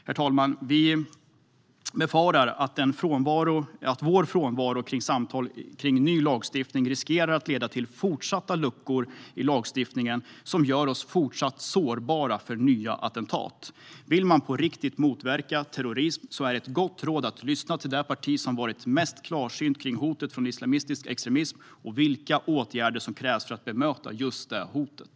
Herr talman! Vi befarar att vår frånvaro i samtal kring ny lagstiftning riskerar att leda till fortsatta luckor i lagstiftningen vilka gör oss fortsatt sårbara för nya attentat. Vill man på riktigt motverka terrorism är ett gott råd att lyssna till det parti som varit mest klarsynt kring hotet från islamistisk extremism och vilka åtgärder som krävs för att bemöta just det hotet.